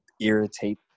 irritate